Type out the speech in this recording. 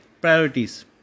priorities